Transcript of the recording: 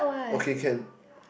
okay can